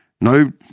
no